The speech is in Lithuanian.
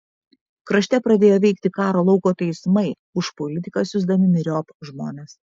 krašte pradėjo veikti karo lauko teismai už politiką siųsdami myriop žmones